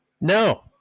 no